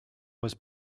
was